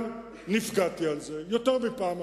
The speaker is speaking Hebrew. גם נפגעתי בגלל זה יותר מפעם אחת.